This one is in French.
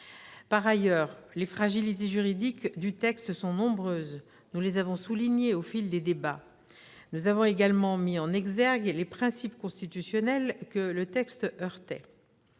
Par ailleurs, les fragilités juridiques du texte sont nombreuses. Nous les avons soulignées au fil des débats. Nous avons également mis en exergue les principes constitutionnels que cette proposition